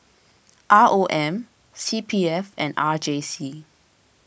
R O M C P F and R J C